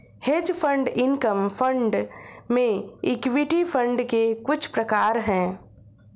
hedge fund income fund ये equity fund के कुछ प्रकार हैं